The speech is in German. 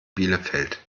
bielefeld